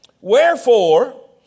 Wherefore